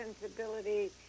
sensibility